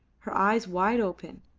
her eyes wide open,